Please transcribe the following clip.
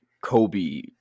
Kobe